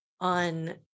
on